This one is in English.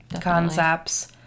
concepts